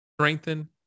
strengthen